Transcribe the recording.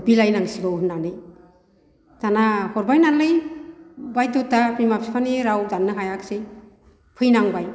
बिलाइनांसिगौ होननानै दाना हरबाय नालाय बायद'था बिमा फिफानि राव दाननो हायाखिसै फैनांबाय